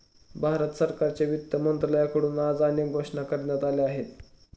भारत सरकारच्या वित्त मंत्रालयाकडून आज अनेक घोषणा करण्यात आल्या आहेत